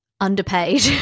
underpaid